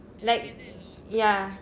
like ya